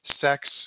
sex